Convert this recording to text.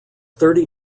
thirty